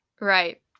Right